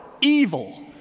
evil